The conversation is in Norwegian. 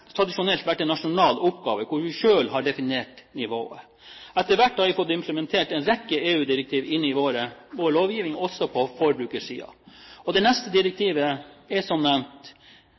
vært en nasjonal oppgave hvor vi selv har definert nivået. Etter hvert har vi fått implementert en rekke EU-direktiv i vår lovgivning, også på forbrukersiden. Det neste direktivet som står for tur, er, som nevnt,